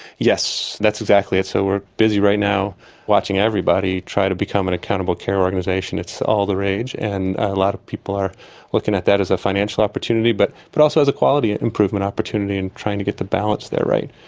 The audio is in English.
yes, that's exactly it. so we're busy right now watching everybody try to become an accountable care organisation. it's all the rage, and a lot of people are looking at that as a financial opportunity but but also as a quality improvement opportunity, and trying to get the balance there right.